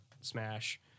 Smash